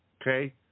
Okay